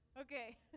Okay